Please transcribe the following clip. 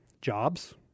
jobs